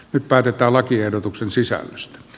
nyt päätetään lakiehdotuksen sisällöstä